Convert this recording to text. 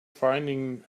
finding